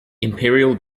imperial